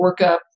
workup